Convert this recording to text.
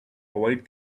avoid